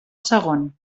segon